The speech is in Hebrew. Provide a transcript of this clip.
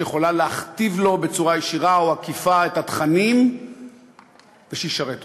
יכולה להכתיב לו בצורה ישירה או עקיפה את התכנים ושישרת אותה.